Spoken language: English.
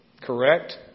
Correct